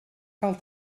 cal